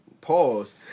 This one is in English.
Pause